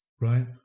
right